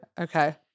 Okay